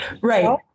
right